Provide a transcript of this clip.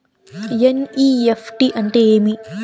NEFT అంటే ఏమి